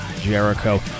Jericho